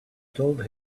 told